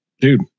dude